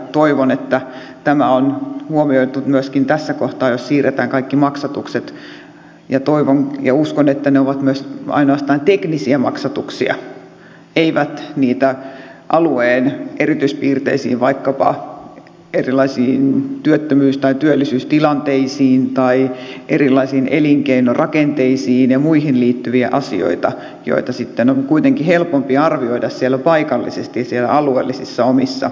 toivon että tämä on huomioitu myöskin tässä kohtaa jos siirretään kaikki maksatukset ja toivon ja uskon että ne ovat myös ainoastaan teknisiä maksatuksia eivät niitä alueen erityispiirteisiin vaikkapa erilaisiin työttömyys tai työllisyystilanteisiin tai erilaisiin elinkeinorakenteisiin ja muihin liittyviä asioita joita sitten on kuitenkin helpompi arvioida paikallisesti siellä alueellisissa omissa elyissä ja te keskuksissa